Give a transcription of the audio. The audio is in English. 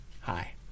Hi